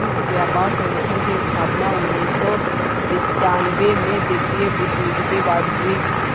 विश्व व्यापार संगठन की स्थापना उन्नीस सौ पिच्यानबें में द्वितीय विश्व युद्ध के बाद हुई